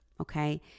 okay